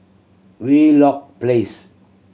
Wheelock Place